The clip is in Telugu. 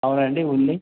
అవునండి ఉంది